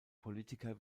politiker